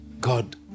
God